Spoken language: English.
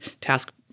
task